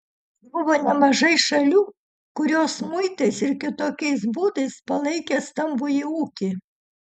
buvo nemažai šalių kurios muitais ir kitokiais būdais palaikė stambųjį ūkį